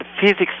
physics